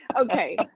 Okay